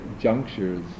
junctures